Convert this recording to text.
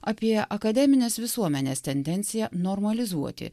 apie akademinės visuomenės tendenciją normalizuoti